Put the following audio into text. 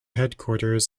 headquarters